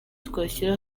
twashyira